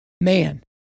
man